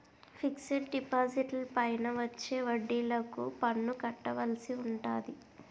fixed డిపాజిట్లపైన వచ్చే వడ్డిలకు పన్ను కట్టవలసి ఉంటాది